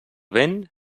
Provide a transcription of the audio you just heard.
vent